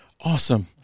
Awesome